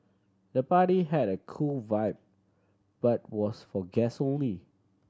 the party had a cool vibe but was for guest only